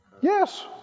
Yes